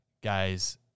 guys